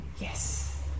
Yes